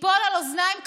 ייפול על אוזניים קשובות,